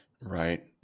Right